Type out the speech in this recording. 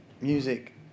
Music